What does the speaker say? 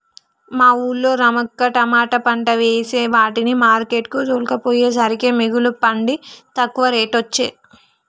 మా వూళ్ళో రమక్క తమాట పంట వేసే వాటిని మార్కెట్ కు తోల్కపోయేసరికే మిగుల పండి తక్కువ రేటొచ్చె